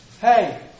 Hey